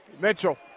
Mitchell